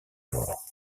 mort